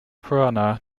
purana